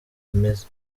imeze